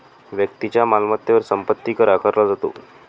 व्यक्तीच्या मालमत्तेवर संपत्ती कर आकारला जातो